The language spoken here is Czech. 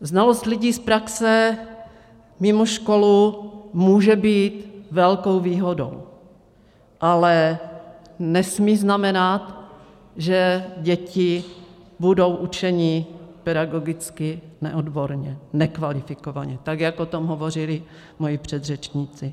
Znalost lidí z praxe mimo školu může být velkou výhodou, ale nesmí znamenat, že děti budou učeny pedagogicky neodborně, nekvalifikovaně, tak jak o tom hovořili moji předřečníci.